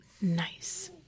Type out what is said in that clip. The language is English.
Nice